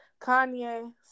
Kanye